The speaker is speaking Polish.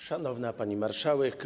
Szanowna Pani Marszałek!